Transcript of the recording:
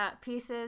pieces